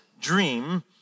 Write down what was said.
dream